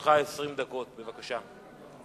לרשותך 20 דקות, בבקשה.